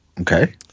Okay